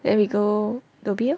then we go Dhoby lor